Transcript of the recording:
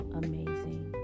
amazing